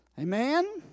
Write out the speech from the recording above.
Amen